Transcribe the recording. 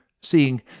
seeing